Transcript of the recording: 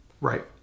Right